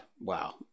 wow